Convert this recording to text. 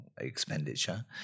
expenditure